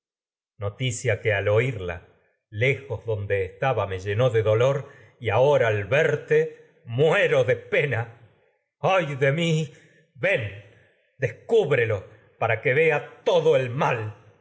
noticia que al oírla lejos donde estaba y llenó de dolor ahora al verte muero de pena ay de mi ven descúbrelo para que vea todo el mal